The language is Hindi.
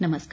नमस्कार